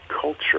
culture